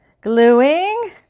gluing